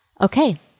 Okay